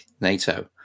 NATO